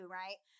right